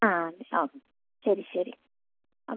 ആ ആ ശരി ശരി ആ